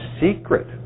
secret